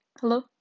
hello